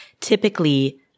typically